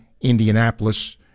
Indianapolis